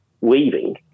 weaving